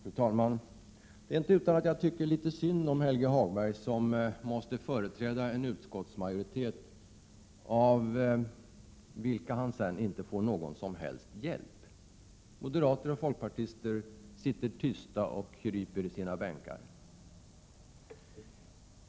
Fru talman! Det är inte utan att jag tycker litet synd om Helge Hagberg, som måste företräda en utskottsmajoritet av vilken han sedan inte får någon som helst hjälp. Moderater och folkpartister sitter tysta i sina bänkar.